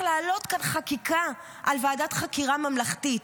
להעלות כאן חקיקה על ועדת חקירה ממלכתית.